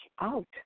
out